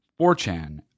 4chan